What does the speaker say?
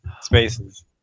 Spaces